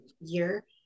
year